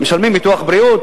משלמים ביטוח בריאות,